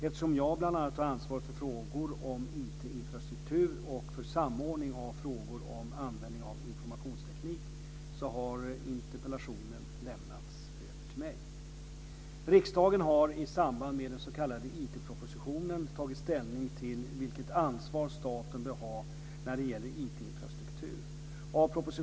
Eftersom jag bl.a. har ansvar för frågor om IT-infrastruktur och för samordning av frågor om användning av informationsteknik har interpellationen lämnats över till mig. propositionen tagit ställning till vilket ansvar staten bör ha när det gäller IT-infrastruktur.